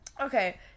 Okay